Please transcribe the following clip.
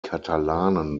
katalanen